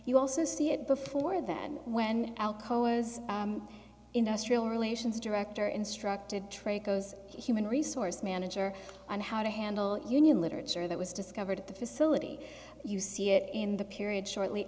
you also see it before that when alcoa was industrial relations director instructed trade goes human resource manager on how to handle union literature that was discovered at the facility you see it in the period shortly